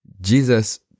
Jesus